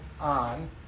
on